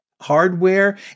hardware